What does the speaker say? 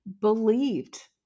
believed